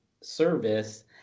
service